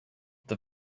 the